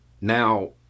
Now